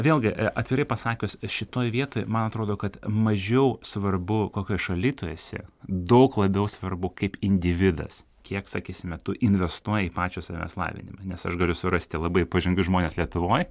vėlgi e atvirai pasakius šitoj vietoj man atrodo kad mažiau svarbu kokioj šaly tu esi daug labiau svarbu kaip individas kiek sakysime tu investuoji į pačio savęs lavinimą nes aš galiu surasti labai pažangius žmones lietuvoj